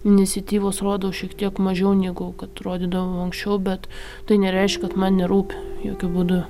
iniciatyvos rodau šiek tiek mažiau negu kad rodydavau anksčiau bet tai nereiškia kad man nerūpi jokiu būdu